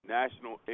national